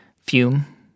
fume